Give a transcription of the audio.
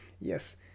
Yes